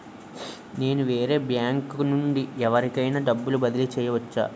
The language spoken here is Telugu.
నేను వేరే బ్యాంకు నుండి ఎవరికైనా డబ్బు బదిలీ చేయవచ్చా?